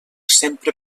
sempre